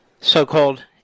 so-called